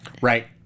Right